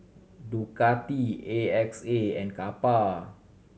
Ducati A X A and Kappa